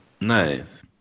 Nice